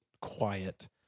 quiet